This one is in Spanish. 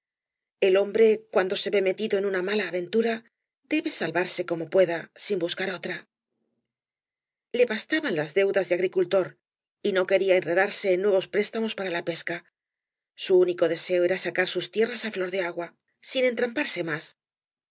el hombre cuando se ve metido en una mala aventura debe salvarse como pueda sin buscar otra le bastaban las deudas de agricultor y no quería enredarse en nuevos préstamos para la pesca su único deseo era sacar sus tierras flor de agua sin entramparse más